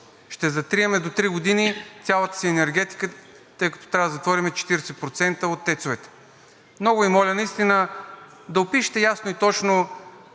ще затрием до три години цялата си енергетика, тъй като трябва да затворим 40% от тецовете?! Много Ви моля наистина да опишете ясно и точно